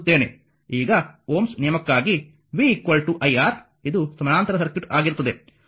ಈಗ ಓಮ್ಸ್ ನಿಯಮಕ್ಕಾಗಿ v iR ಇದು ಸಮಾನಾಂತರ ಸರ್ಕ್ಯೂಟ್ ಆಗಿರುತ್ತದೆ